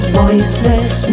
voiceless